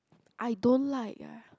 I don't like eh